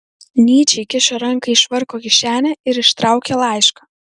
nyčė įkišo ranką į švarko kišenę ir ištraukė laišką